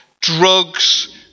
drugs